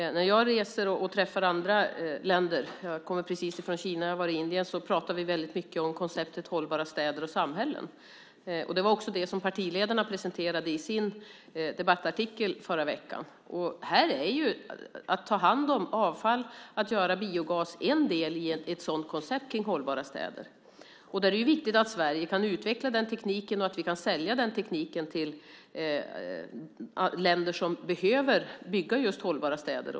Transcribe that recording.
När jag reser och träffar representanter från andra länder - jag kommer precis från Kina, och jag har varit i Indien - pratar vi väldigt mycket om konceptet hållbara städer och samhällen. Det var också det som partiledarna presenterade i sin debattartikel förra veckan. Att ta hand om avfall och göra biogas är en del i ett sådant koncept för hållbara städer. Det är viktigt att Sverige kan utveckla den tekniken och att vi kan sälja den tekniken till länder som behöver bygga just hållbara städer.